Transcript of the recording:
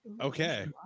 Okay